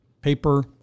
paper